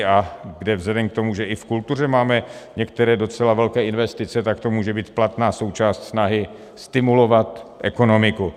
A vzhledem k tomu, že i v kultuře máme některé docela velké investice, tak to může být platná součást snahy stimulovat ekonomiku.